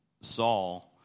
Saul